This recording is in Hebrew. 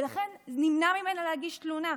ולכן נמנע ממנה להגיש תלונה.